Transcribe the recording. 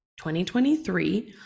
2023